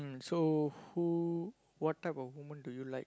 and so who what type of woman do you like